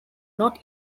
not